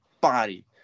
body